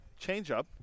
changeup